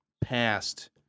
past